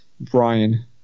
Brian